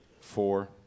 four